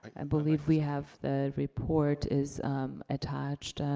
i believe we have, the report is attached.